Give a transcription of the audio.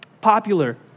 popular